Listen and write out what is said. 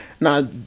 Now